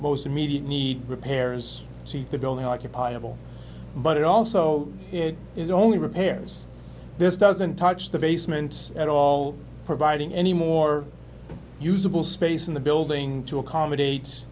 most immediate need repairs see the building occupy of all but it also is only repairs this doesn't touch the basements at all providing any more usable space in the building to accommodate